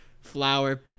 flower